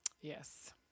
yes